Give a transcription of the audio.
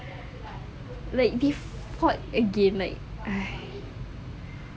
like default again like